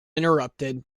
interrupted